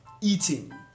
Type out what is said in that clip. eating